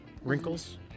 wrinkles